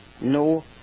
no